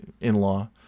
in-law